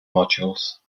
modules